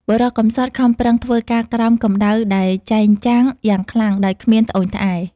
បុរសកំសត់ខំប្រឹងធ្វើការក្រោមកំដៅដែលចែងចាំង យ៉ាងខ្លាំង ដោយគ្មានត្អូញត្អែរ ។